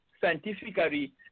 scientifically